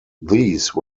these